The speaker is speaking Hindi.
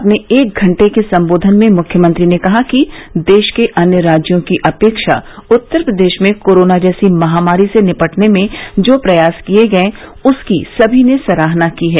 अपने एक घंटे के संबोधन में मुख्यमंत्री ने कहा कि देश के अन्य राज्यों की अपेक्षा उत्तर प्रदेश में कोरोना जैसी महामारी से निपटने में जो प्रयास किये गये उसकी सभी ने सराहना की है